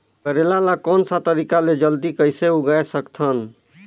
करेला ला कोन सा तरीका ले जल्दी कइसे उगाय सकथन?